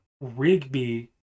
Rigby